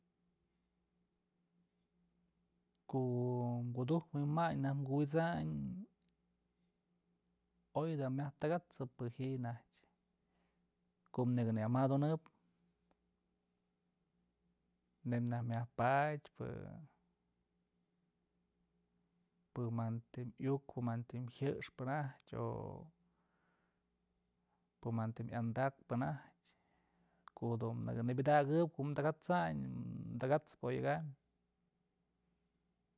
Ku'u kudujtë wi'inmadyë naj kuwi'isayn oy da'a myaj takasëp pë ji'i najtyë ko'o nëkë nyamaja dunëpneyb najk myaj padyë pë pë jantën iukpë pë jantëm jëxpë najtyë o pë jëntëm andak pë najtyëko'o dun nëkë nëpyadakëp ko'o takat'sayn takasëp odyëkam.